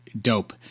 dope